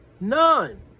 None